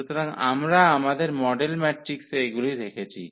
সুতরাং আমরা আমাদের মডেল ম্যাট্রিক্সে এগুলি রেখেছি